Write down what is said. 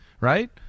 Right